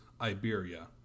Iberia